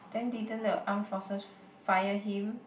then didn't the armed forces fire him